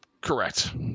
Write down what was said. Correct